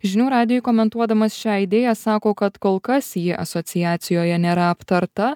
žinių radijui komentuodamas šią idėją sako kad kol kas ji asociacijoje nėra aptarta